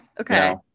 Okay